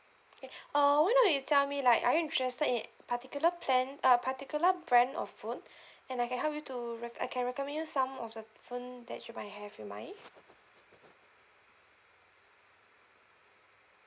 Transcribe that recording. okay uh why not you tell me like are you interested in particular plan uh particular brand of phone and I can help you to rec~ I can recommend you some of the phone that you might have in your mind